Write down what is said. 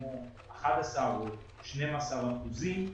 כמו 11 או 12 אחוזים.